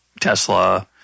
Tesla